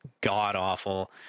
god-awful